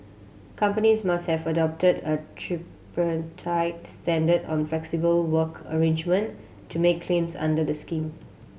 companies must have adopted a tripartite standard on flexible work arrangement to make claims under the scheme